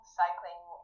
cycling